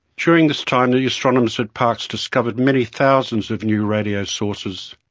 during this time the astronomers at parkes discovered many thousands of new radio sources,